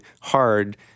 hard